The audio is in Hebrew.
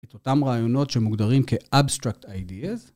את אותם רעיונות שמוגדרים כ-abstract ideas